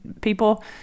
people